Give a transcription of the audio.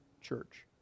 church